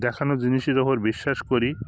দেখানো জিনিসের উপর বিশ্বাস করি